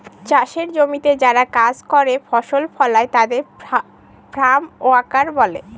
চাষের জমিতে যারা কাজ করে ফসল ফলায় তাদের ফার্ম ওয়ার্কার বলে